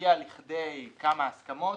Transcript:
הגיע לכדי כמה הסכמות,